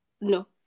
No